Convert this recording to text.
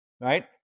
right